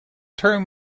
term